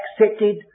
accepted